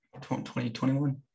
2021